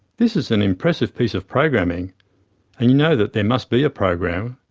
this is an impressive piece of programming and you know that there must be a program,